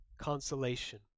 consolation